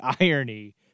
irony